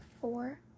four